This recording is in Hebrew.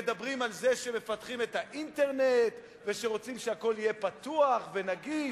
מדברים על זה שמפתחים את האינטרנט ורוצים שהכול יהיה פתוח ונגיש.